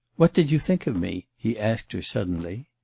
what did you think of me he asked her suddenly.